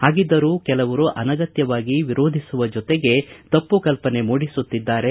ಹಾಗಿದ್ದರೂ ಕೆಲವರು ಅನಗತ್ಯವಾಗಿ ವಿರೋಧಿಸುವ ಜೊತೆಗೆ ತಪ್ಪು ಕಲ್ಲನೆ ಮೂಡಿಸುತ್ತಿದ್ದಾರೆ